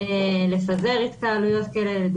לפזר התקהלויות כאלה.